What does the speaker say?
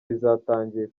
rizatangira